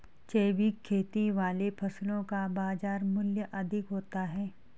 जैविक खेती वाली फसलों का बाजार मूल्य अधिक होता है